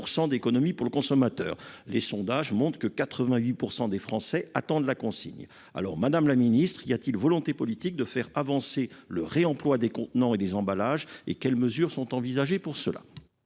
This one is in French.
d'économies pour le consommateur. Les sondages montrent que 88 % des Français attendent la consigne ! Madame la secrétaire d'État, y a-t-il une volonté politique de faire avancer le réemploi des contenants et des emballages ? Quelles sont les mesures envisagées à cette